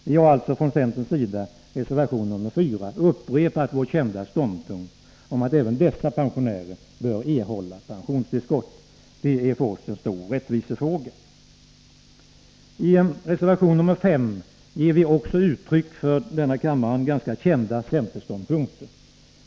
Vi har alltså från centerns sida i reservation 4 upprepat vår kända ståndpunkt om att även dessa pensionärer bör erhålla pensionstillskott. Det är för oss en viktig rättvisefråga. I reservation 5 ger vi också uttryck för centerståndpunkter som är ganska kända för denna kammare.